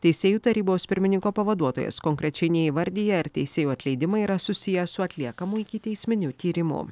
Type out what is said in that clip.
teisėjų tarybos pirmininko pavaduotojas konkrečiai neįvardija ar teisėjų atleidimai yra susiję su atliekamu ikiteisminiu tyrimu